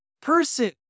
person